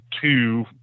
two